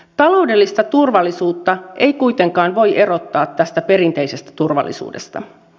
taloudellista turvallisuutta ei kuitenkaan voi erottaa tästä perinteisestä turvallisuudesta